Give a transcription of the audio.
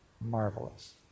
marvelous